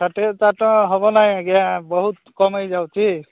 ଷାଠିଏ ଚାରି ତ ହେବ ନାହିଁ ଆଜ୍ଞା ବହୁତ କମ ହେଇଯାଉଛି